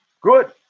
good